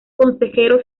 consejero